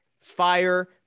fire